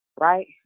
right